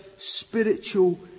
Spiritual